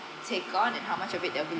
take on and how much of it they are willing